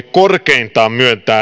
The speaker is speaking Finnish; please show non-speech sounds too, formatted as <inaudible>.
<unintelligible> korkeintaan